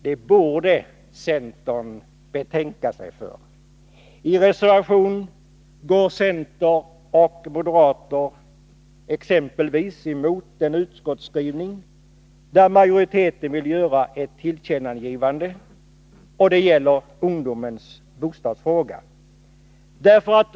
Centern borde noga betänka sig innan man gör något sådant. I en reservation går centern och moderaterna exempelvis emot den utskottsskrivning där majoriteten vill göra ett tillkännagivande som gäller ungdomens bostadsfråga.